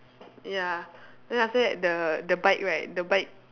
ya then after that the the bike right the bike